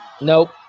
Nope